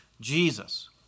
Jesus